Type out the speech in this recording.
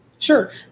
Sure